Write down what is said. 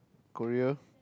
Korea